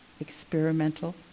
experimental